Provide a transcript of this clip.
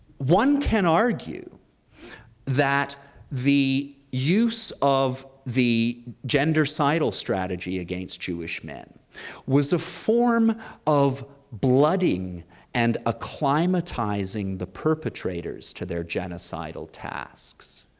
one can argue that the use of the gendercidal strategy against jewish men was a form of blooding and acclimatizing the perpetrators to their genocidal tasks,